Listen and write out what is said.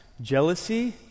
jealousy